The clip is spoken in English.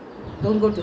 you and your brother